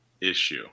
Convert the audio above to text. issue